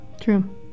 True